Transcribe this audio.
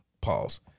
Pause